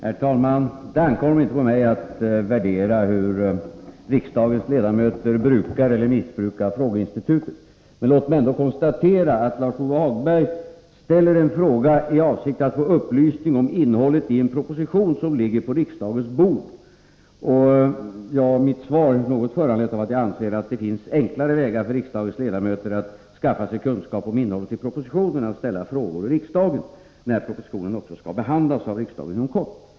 Herr talman! Det ankommer inte på mig att värdera hur riksdagens ledamöter brukar eller missbrukar frågeinstitutet. Men låt mig ändå konstatera att Lars-Ove Hagberg ställer en fråga i avsikt att få upplysning om innehållet i en proposition som ligger på riksdagens bord. Mitt svar är i någon mån föranlett av att jag anser att det finns enklare vägar för riksdagens ledamöter att skaffa sig kunskap om innehållet i propositioner än att ställa frågor i riksdagen, när propositionen inom kort också skall behandlas av riksdagen.